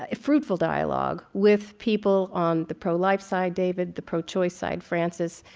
ah fruitful dialogue, with people on the pro-life side, david? the pro-choice side, frances,